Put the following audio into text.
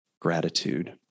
gratitude